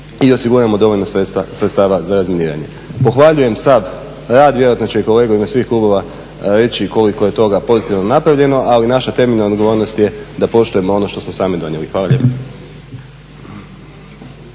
i osiguramo dovoljno sredstava za razminiranje. Pohvaljujem sav rad, vjerojatno će i kolege u ime svim klubova reći koliko je toga pozitivno napravljeno ali naša temeljna odgovornost je da poštujemo ono što smo sami donijeli. Hvala lijepa.